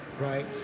Right